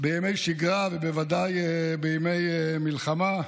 בימי שגרה, ובוודאי בימי מלחמה.